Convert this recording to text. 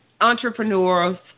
entrepreneurs